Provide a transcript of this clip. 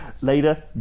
Later